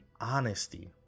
honesty